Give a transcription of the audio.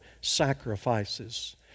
sacrifices